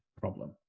problem